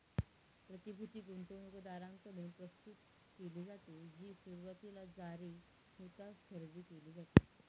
प्रतिभूती गुंतवणूकदारांकडून प्रस्तुत केली जाते, जी सुरुवातीला जारी होताच खरेदी केली जाते